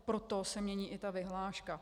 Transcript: Proto se mění i ta vyhláška.